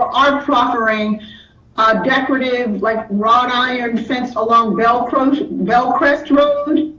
are are proffering a decorative like rod iron fence along bellcrest bellcrest road.